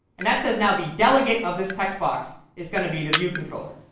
and that says now the delegate of this text box is going to be the view controller.